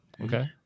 Okay